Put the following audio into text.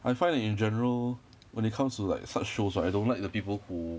I find that in general when it comes to like such shows right I don't like the people who